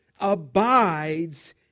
abides